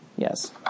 Yes